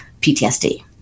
PTSD